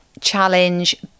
challenge